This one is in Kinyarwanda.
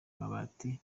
amabati